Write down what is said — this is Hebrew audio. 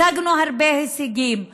השגנו הרבה הישגים,